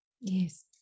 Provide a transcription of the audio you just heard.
Yes